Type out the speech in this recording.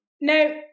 No